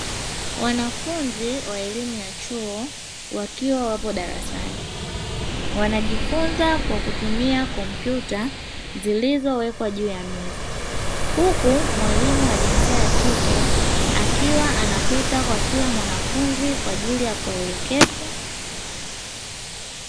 Wanafunzi wa elimu ya chuo wakiwa wapo darasani, wanajifunza kutumia kompyuta zilizowekwa juu ya meza, huku mwalimu wa jinsia ya kike akiwa anapita kwa kila mwanafunzi kwa ajili ya kuwaelekeza.